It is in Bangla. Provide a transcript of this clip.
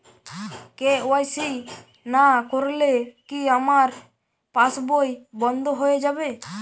কে.ওয়াই.সি না করলে কি আমার পাশ বই বন্ধ হয়ে যাবে?